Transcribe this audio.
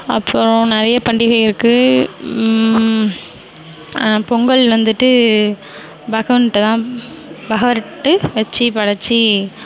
அப்புறம் நிறைய பண்டிகை இருக்குது பொங்கல் வந்துட்டு பகவர்ட்டதான் பகவர்ட்டு வச்சு படைத்து